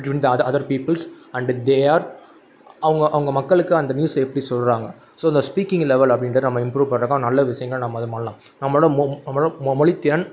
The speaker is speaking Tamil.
between the other other peoples and they are அவங்க அவங்க மக்களுக்கு அந்த நியூஸ் எப்படி சொல்கிறாங்க ஸோ அந்த ஸ்பீக்கிங் லெவல் அப்படின்றத நம்ம இம்ப்ரூவ் பண்ணுறதுக்காக நல்ல விஷயங்கள் நம்ம அது மாறலாம் நம்மளோடய மொ நம்மளோடய மொ மொழித் திறன்